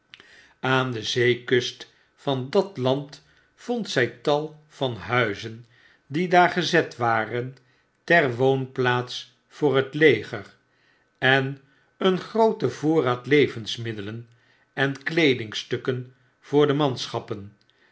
aandezeekust van dat land vond zy tal van huizendie daar gezet waren ter woonplaats voor het leger en een grooten voorraad levensmiddelen en kleedingstukken voor de manschappen